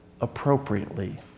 appropriately